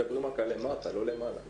מדברים רק על למטה, לא